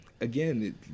again